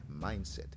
mindset